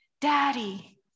Daddy